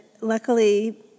luckily